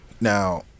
Now